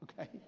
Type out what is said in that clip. Okay